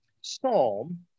Psalm